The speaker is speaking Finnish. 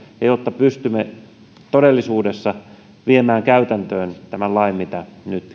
ja pystymme todellisuudessa viemään käytäntöön tämän lain mitä